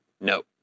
No